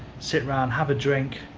sit around, have a drink,